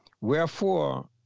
wherefore